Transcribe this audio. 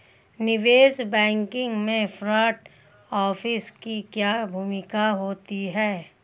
निवेश बैंकिंग में front office की क्या भूमिका होती है?